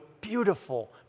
beautiful